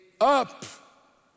up